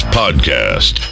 podcast